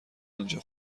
اینجا